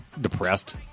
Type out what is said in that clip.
depressed